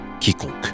quiconque